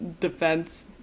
defense